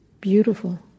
beautiful